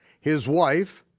his wife,